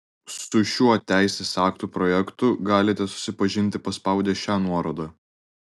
su šiuo teisės akto projektu galite susipažinti paspaudę šią nuorodą